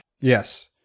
Yes